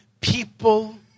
people